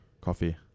Coffee